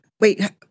Wait